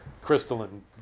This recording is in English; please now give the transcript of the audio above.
crystalline